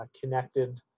connected